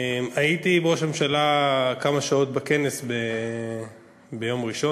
הייתי עם ראש הממשלה כמה שעות בכנס ביום ראשון,